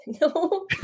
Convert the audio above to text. no